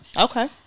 Okay